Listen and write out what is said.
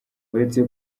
uretse